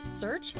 search